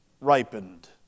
ripened